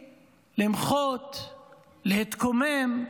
למחות, להתקומם,